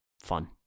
fun